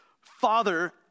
Father